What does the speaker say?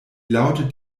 lautet